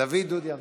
דוד דודי אמסלם,